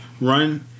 run